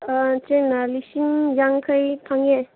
ꯆꯦꯅ ꯂꯤꯁꯤꯡ ꯌꯥꯡꯈꯩ ꯐꯪꯉꯦ